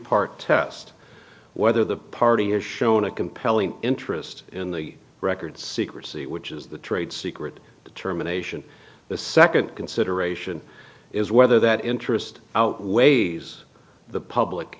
part test whether the party has shown a compelling interest in the records secrecy which is the trade secret determination the second consideration is whether that interest outweighs the public